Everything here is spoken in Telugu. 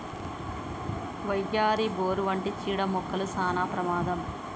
వయ్యారి, బోరు వంటి చీడ మొక్కలు సానా ప్రమాదం